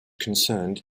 concerned